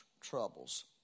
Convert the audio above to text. troubles